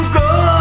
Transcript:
go